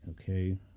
okay